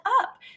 up